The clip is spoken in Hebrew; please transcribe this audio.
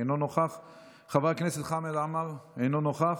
אינו נוכח,